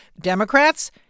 Democrats